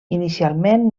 inicialment